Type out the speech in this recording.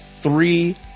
three